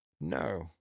No